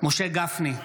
משה גפני,